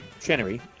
Chenery